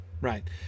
right